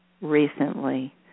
recently